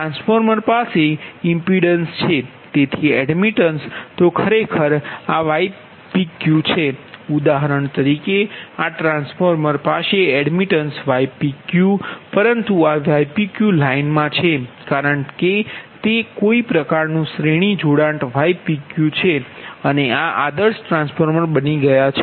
transformer પાસે impedance છે તેથી એડમિટેન્સ તો ખરેખર આ ypqછે ઉદાહરણ તરીકે આ ટ્રાન્સફોર્મર પાસે એડમિટેન્સ ypq પરંતુ આ ypqલાઈનમાં છે કારણકે તે કોઈ પ્રકારનું શ્રેણી જોડાણ ypqછે અને આ આદર્શ ટ્રાન્સફોર્મર બની ગયા છે